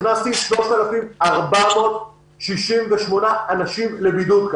הכנסתי 3,468 אנשים לבידוד.